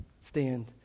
stand